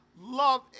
love